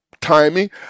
Timing